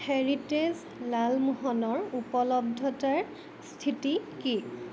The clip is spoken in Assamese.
হেৰিটেজ লালমোহনৰ উপলব্ধতাৰ স্থিতি কি